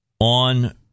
on